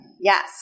Yes